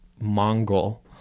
Mongol